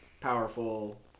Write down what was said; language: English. powerful